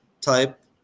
type